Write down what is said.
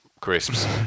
crisps